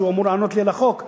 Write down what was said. שאמור לענות לי על הצעת החוק,